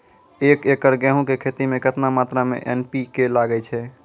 एक एकरऽ गेहूँ के खेती मे केतना मात्रा मे एन.पी.के लगे छै?